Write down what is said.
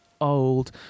Old